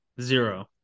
Zero